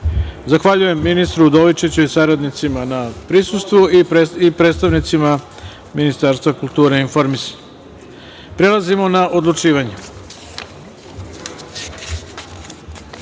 odlučivanje. Zahvaljujem ministru Udovičiću i saradnicima na prisustvu i predstavnicima Ministarstva kulture i informisanja. Prelazimo na odlučivanje. Prva